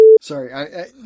Sorry